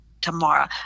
tomorrow